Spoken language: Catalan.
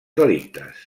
delictes